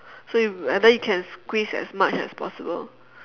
so you either you can squeeze as much as possible